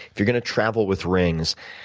if you're going to travel with rings,